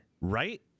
Right